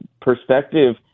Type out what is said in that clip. perspective